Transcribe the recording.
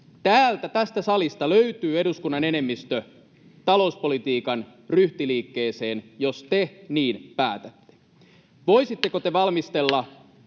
täältä, tästä salista, löytyy eduskunnan enemmistö talouspolitiikan ryhtiliikkeeseen, jos te niin päätätte. Voisitteko te valmistella